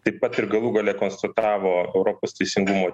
taip pat ir galų gale konstatavo europos teisingumo